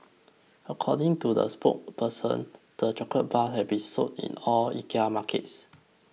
according to the spokesperson the chocolate bars have been sold in all IKEA markets